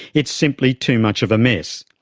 it's simply too much of a mess.